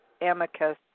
amicus